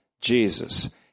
Jesus